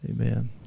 Amen